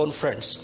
friends